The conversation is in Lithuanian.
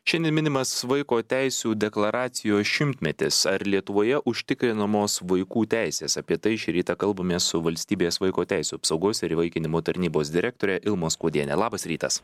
šiandien minimas vaiko teisių deklaracijos šimtmetis ar lietuvoje užtikrinamos vaikų teisės apie tai šį rytą kalbamės su valstybės vaiko teisių apsaugos ir įvaikinimo tarnybos direktore ilma skuodiene labas rytas